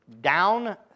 Down